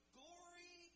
glory